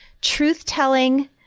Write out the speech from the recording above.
truth-telling